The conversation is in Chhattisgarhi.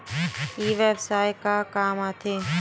ई व्यवसाय का काम आथे?